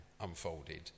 unfolded